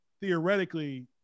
theoretically –